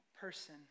person